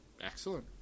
Excellent